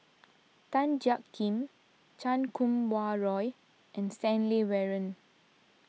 Tan Jiak Kim Chan Kum Wah Roy and Stanley Warren